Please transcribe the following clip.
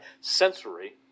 sensory